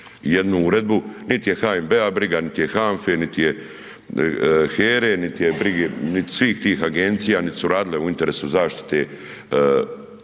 jednu uredbu, nit je NHB-a briga, nit je HANFA-e, nit je HERA-e, nit je brige, nit svih tih agencija, nit su radile u interesu zaštite